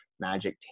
Magic